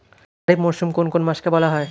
খারিফ মরশুম কোন কোন মাসকে বলা হয়?